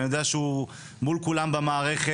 ואני יודע שהוא מול כולם במערכת,